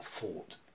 thought